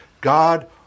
God